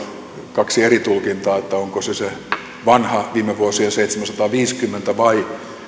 kaksi eri tulkintaa onko se se vanha viime vuosien seitsemänsataaviisikymmentä vai